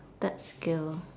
third skill